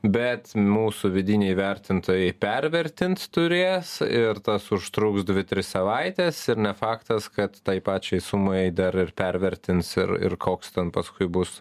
bet mūsų vidiniai vertintojai pervertins turės ir tas užtruks dvi tris savaites ir ne faktas kad tai pačiai sumai dar ir pervertins ir ir koks ten paskui bus